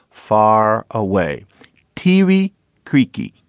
far away tv creaky,